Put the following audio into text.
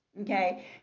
okay